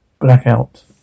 Blackout